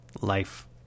life